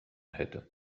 hätte